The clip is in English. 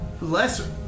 less